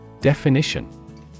Definition